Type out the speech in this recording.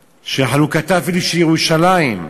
שחלוקתה, אפילו, של ירושלים,